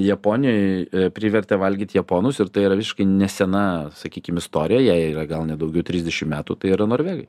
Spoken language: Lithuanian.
japonijoj privertė valgyt japonus ir tai yra visiškai nesena sakykim istorija jai yra gal ne daugiau trisdešim metų tai yra norvegai